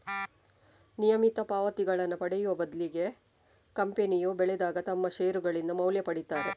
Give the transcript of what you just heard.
ನಿಯಮಿತ ಪಾವತಿಗಳನ್ನ ಪಡೆಯುವ ಬದ್ಲಿಗೆ ಕಂಪನಿಯು ಬೆಳೆದಾಗ ತಮ್ಮ ಷೇರುಗಳಿಂದ ಮೌಲ್ಯ ಪಡೀತಾರೆ